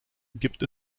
gibt